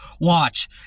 Watch